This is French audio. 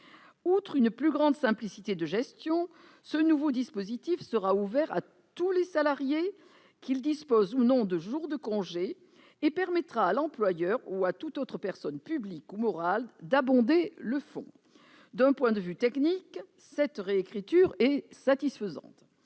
Outre une plus grande simplicité de gestion, ce nouveau dispositif sera ouvert à tous les salariés, qu'ils disposent ou non de jours de congé, et il permettra à l'employeur ou à toute autre personne publique ou morale d'abonder le fonds. D'un point de vue technique, cette réécriture est satisfaisante.